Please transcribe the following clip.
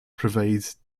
provides